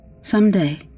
Someday